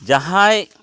ᱡᱟᱦᱟᱸᱭ